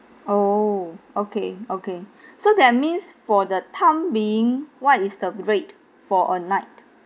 oh okay okay so that means for the time being what is the rate for a night